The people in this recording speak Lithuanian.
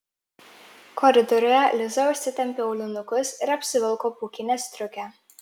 koridoriuje liza užsitempė aulinukus ir apsivilko pūkinę striukę